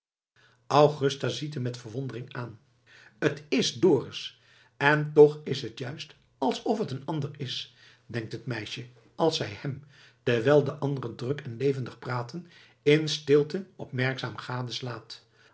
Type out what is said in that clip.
ziet hem met verwondering aan t is dorus en toch is het juist alsof het een ander is denkt het meisje als zij hem terwijl de anderen druk en levendig praten in stilte